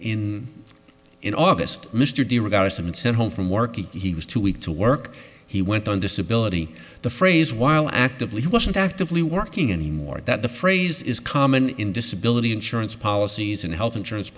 in in august mr de rogatis and sent home from work he was too weak to work he went on disability the phrase while actively wasn't actively working anymore that the phrase is common in disability insurance policies and health insurance